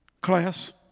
Class